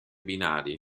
binari